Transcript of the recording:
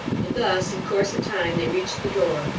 and thus, in course of time, they reached the door,